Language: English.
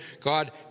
God